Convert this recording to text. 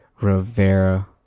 Rivera